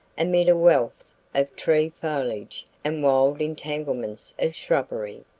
amid a wealth of tree foliage and wild entanglements of shrubbery.